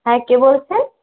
হ্যাঁ কে বলছেন